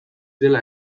dela